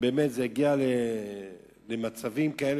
זה באמת יגיע למצבים כאלה,